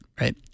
right